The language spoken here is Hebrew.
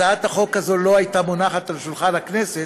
הצעת החוק הזאת לא הייתה מונחת על שולחן הכנסת,